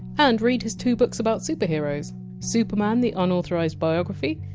and read his two books about superheroes superman the unauthorized biography,